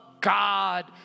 God